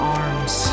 arms